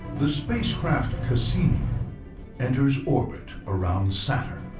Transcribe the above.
the spacecraft cassini enters orbit around saturn.